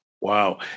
Wow